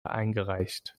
eingereicht